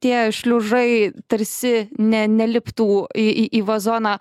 tie šliužai tarsi ne neliptų į į į vazoną